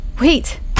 Wait